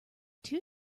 two